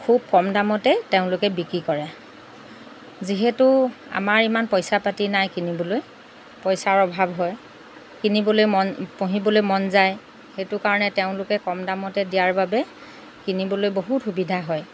খুব কম দামতে তেওঁলোকে বিক্ৰী কৰে যিহেতু আমাৰ ইমান পইচা পাতি নাই কিনিবলৈ পইচাৰ অভাৱ হয় কিনিবলৈ মন পঢ়িবলৈ মন যায় সেইটো কাৰণে তেওঁলোকে কম দামতে দিয়াৰ বাবে কিনিবলৈ বহুত সুবিধা হয়